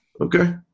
Okay